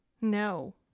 No